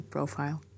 Profile